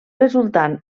resultant